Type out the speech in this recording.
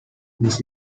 this